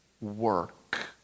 work